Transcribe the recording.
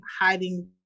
hiding